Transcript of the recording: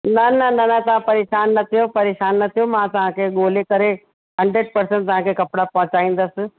न न न न तव्हां परेशान न थियो परेशान न थियो मां तव्हांखे ॻोल्हे करे हंड्रेड परसेंट तव्हांखे कपिड़ा पहुंचाईंदसि